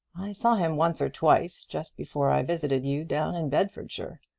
i saw him once or twice just before i visited you down in bedfordshire.